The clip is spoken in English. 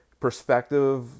perspective